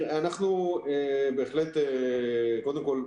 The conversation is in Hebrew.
קודם כל,